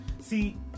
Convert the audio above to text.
See